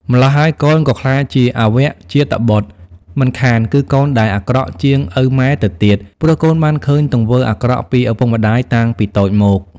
ម្ល៉ោះហើយ កូនក៏ក្លាយជា អវជាតបុត្ត មិនខានគឺកូនដែលអាក្រក់ជាងឪម៉ែទៅទៀត ព្រោះកូនបានឃើញទង្វើអាក្រក់ពីឱពុកម្តាយតាំងពីតូចមក ។